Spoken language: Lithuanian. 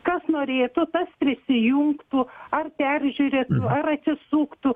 kas norėtų tas prisijungtų ar peržiūrėtų ar atsisuktų